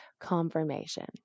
confirmation